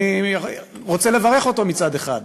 אני רוצה לברך אותו, מצד אחד,